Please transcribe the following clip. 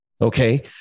Okay